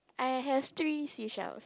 I have three seashells